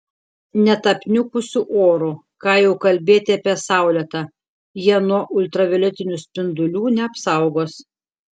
net apniukusiu oru ką jau kalbėti apie saulėtą jie nuo ultravioletinių spindulių neapsaugos